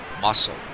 Muscle